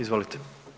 Izvolite.